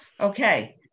Okay